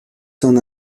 son